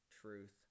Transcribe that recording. truth